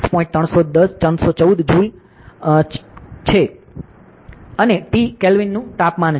314 joule mole kelvin છે અને T kelvin નું તાપમાન છે